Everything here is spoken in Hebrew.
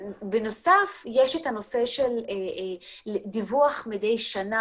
בנוסף יש את הנושא של דיווח מדי שנה